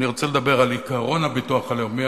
אני רוצה לדבר על עקרון הביטוח הלאומי,